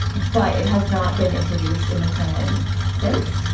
but it has not been introduced in the canon since.